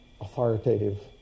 authoritative